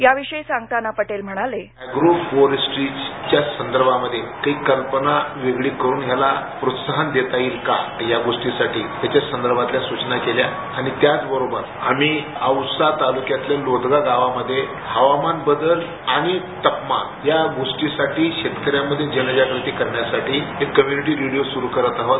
याविषयी सांगताना पटेल म्हणाले बाईट ग्रूप फोर स्ट्रीटच्या संदर्भात काही कल्पना वेगळा करुन याला प्रोत्साहन देता येईल का या गोष्टीसाठी त्याच्या संदर्भातील सूचना केल्या आणि त्याच बरोबर आम्ही औसा तालुक्यातील लोधगा गावामधे हवामान बदल आणि तापमान या गोष्टीसाठी शेतकऱ्यांमध्ये जनजागृती करण्यासाठी एक कम्युनिटि रोडियो चालु करत आहोत